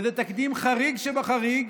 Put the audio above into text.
וזה תקדים חריג שבחריג,